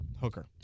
Hooker